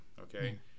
okay